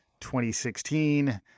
2016